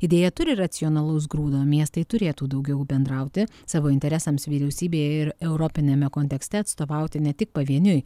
idėja turi racionalaus grūdo miestai turėtų daugiau bendrauti savo interesams vyriausybėje ir europiniame kontekste atstovauti ne tik pavieniui